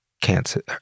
cancer